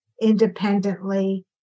independently